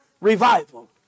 revival